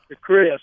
Chris